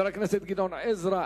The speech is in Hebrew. חבר הכנסת גדעון עזרא,